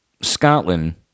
Scotland